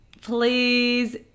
please